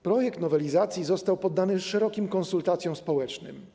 Projekt nowelizacji został poddany szerokim konsultacjom społecznym.